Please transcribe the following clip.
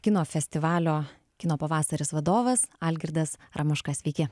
kino festivalio kino pavasaris vadovas algirdas ramaška sveiki